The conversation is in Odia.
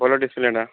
ଭଲ ଡିସପ୍ଲେ ଟା